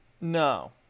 No